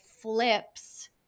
flips